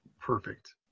Perfect